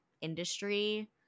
industry